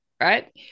right